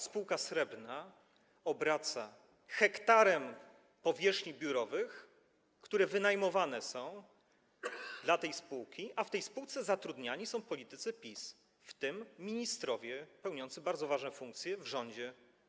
Spółka Srebrna obraca hektarem powierzchni biurowych, które wynajmowane są dla tej spółki, a w tej spółce zatrudniani są politycy PiS, w tym ministrowie pełniący bardzo ważne funkcje w rządzie.